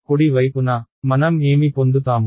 కుడి వైపున మనం ఏమి పొందుతాము